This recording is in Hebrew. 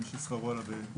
של מי ששכרו עלה ב-20%.